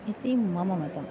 इति मम मतम्